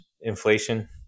inflation